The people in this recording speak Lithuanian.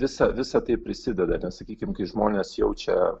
visa visa tai prisideda nes sakykim kai žmonės jaučia